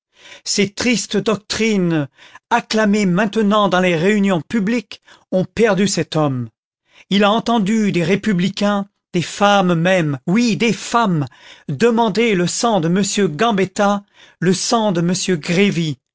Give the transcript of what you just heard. ces tristes doctrines acclamées maintenant dans les réunions publiques ont perdu cet homme il a entendu des républicains des femmes même oui des femmes demander le sang de m gambetta le sang de